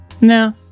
no